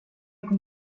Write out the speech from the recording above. inte